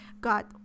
got